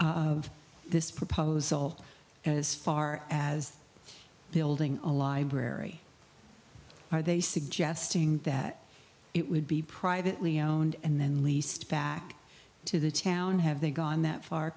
of this proposal as far as building a library are they suggesting that it would be privately owned and then least back to the town have they gone that far